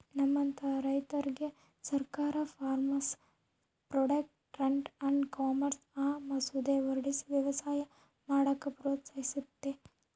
ನಮ್ಮಂತ ರೈತುರ್ಗೆ ಸರ್ಕಾರ farmers produce trade and commerce ಅಂಬ ಮಸೂದೆ ಹೊರಡಿಸಿ ವ್ಯವಸಾಯ ಮಾಡಾಕ ಪ್ರೋತ್ಸಹಿಸ್ತತೆ